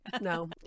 No